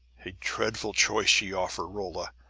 a dreadful choice ye offer, rolla!